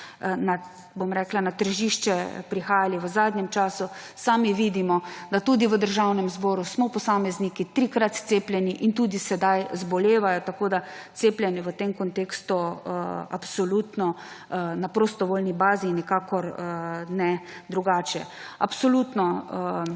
na tržiče prihajala v zadnjem času. Sami vidimo, da tudi v Državnem zboru smo posamezniki trikrat cepljeni in tudi sedaj zbolevajo. Tako da cepljenje v tem kontekstu absolutno na prostovoljni bazi in nikakor ne drugače.